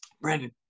Brandon